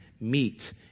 meet